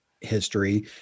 history